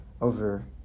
over